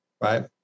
right